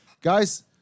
Guys